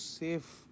safe